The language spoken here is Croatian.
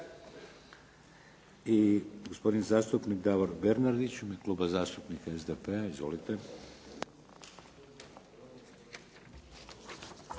I gospodin zastupnik Davor Bernardić iz Kluba zastupnika SDP-a. Izvolite.